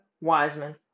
Wiseman